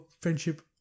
friendship